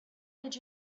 did